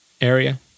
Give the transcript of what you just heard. area